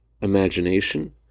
imagination